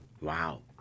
Wow